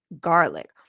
garlic